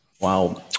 Wow